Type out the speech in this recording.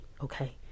okay